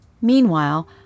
Meanwhile